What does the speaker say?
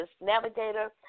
navigator